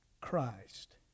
Christ